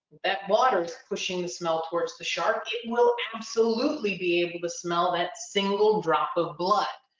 that water's pushing the smell towards the shark it will absolutely be able to smell that single drop of blood.